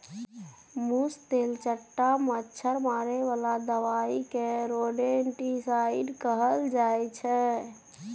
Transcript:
मुस, तेलचट्टा, मच्छर मारे बला दबाइ केँ रोडेन्टिसाइड कहल जाइ छै